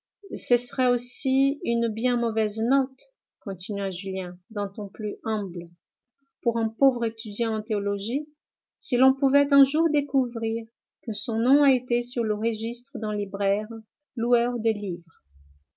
ce serait aussi une bien mauvaise note continua julien d'un ton plus humble pour un pauvre étudiant en théologie si l'on pouvait un jour découvrir que son nom a été sur le registre d'un libraire loueur de livres